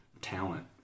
talent